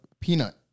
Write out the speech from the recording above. Peanut